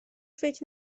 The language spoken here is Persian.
فکر